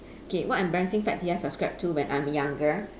okay what embarrassing fad did I subscribe to when I'm younger